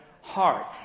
heart